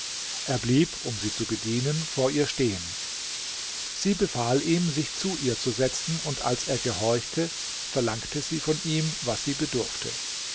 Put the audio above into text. er blieb um sie zu bedienen vor ihr stehen sie befahl ihm sich zu ihr zu setzen und als er gehorchte verlangte sie von ihm was sie bedurfte